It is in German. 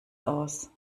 aus